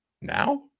now